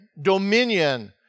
dominion